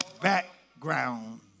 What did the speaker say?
background